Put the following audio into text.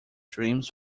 dreams